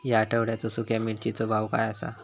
या आठवड्याचो सुख्या मिर्चीचो भाव काय आसा?